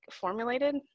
formulated